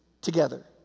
together